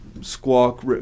squawk